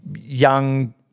Young